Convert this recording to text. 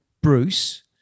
Bruce